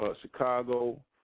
Chicago